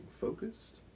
focused